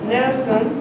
Nelson